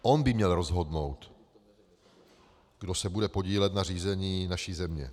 On by měl rozhodnout, kdo se bude podílet na řízení naší země.